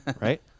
Right